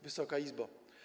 Wysoka Izbo!